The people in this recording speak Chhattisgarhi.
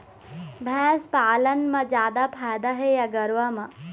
भैंस पालन म जादा फायदा हे या गरवा म?